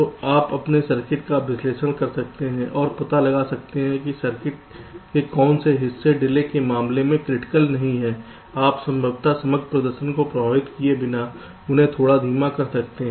तो आप अपने सर्किट का विश्लेषण कर सकते हैं और पता लगा सकते हैं कि सर्किट के कौन से हिस्से डिले के मामले में क्रिटिकल नहीं हैं आप संभवतः समग्र प्रदर्शन को प्रभावित किए बिना उन्हें थोड़ा धीमा कर सकते हैं